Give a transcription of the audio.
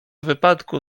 wypadku